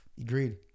agreed